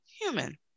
human